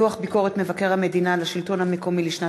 דוח מבקר המדינה על הביקורת בשלטון המקומי לשנת